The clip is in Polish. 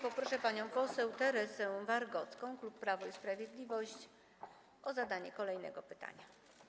Proszę panią poseł Teresę Wargocką, klub Prawo i Sprawiedliwość, o zadanie kolejnego pytania.